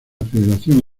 federación